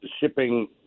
shipping